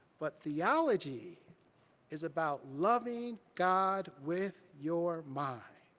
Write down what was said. but theology is about loving god with your mind.